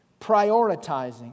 prioritizing